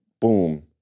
boom